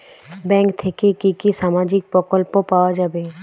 Bank থেকে কি কি সামাজিক প্রকল্প পাওয়া যাবে?